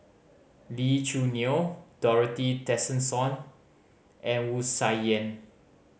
Lee Choo Neo Dorothy Tessensohn and Wu Tsai Yen